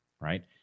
right